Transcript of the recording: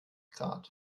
grad